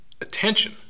attention